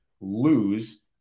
lose